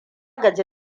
gaji